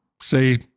say